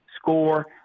score